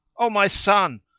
o my son,